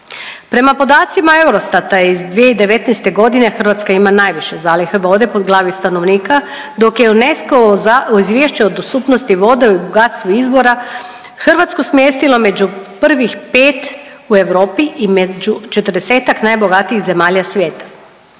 Prema podacima Eurostata iz 2019. godine Hrvatska ima najviše zalihe vode po glavi stanovnika dok je UNESCO u izvješće o dostupnosti vode i bogatstvu izvora Hrvatsku smjestilo među prvih 5 u Europi i među 40-ak najbogatijih zemalja svijeta.